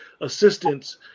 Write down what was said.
assistance